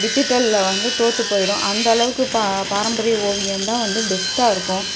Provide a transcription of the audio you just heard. டிஜிட்டலில் வந்து தோற்றுப் போயிடும் அந்தளவுக்கு ப பாரம்பரிய ஓவியந்தான் வந்து பெஸ்ட்டா இருக்கும்